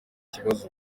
ibibazo